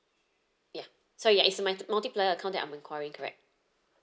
ya so ya it's a mul~ multiplier account that I'm enquiring correct